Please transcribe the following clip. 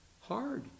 Hard